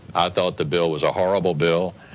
i thought the bill was a horrible bill.